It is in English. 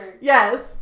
Yes